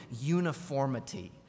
uniformity